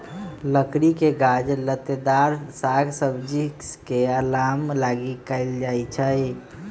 लकड़ी के काज लत्तेदार साग सब्जी के अलाम लागी कएल जाइ छइ